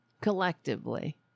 Collectively